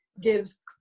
gives